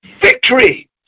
Victory